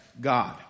God